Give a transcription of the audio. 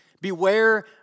Beware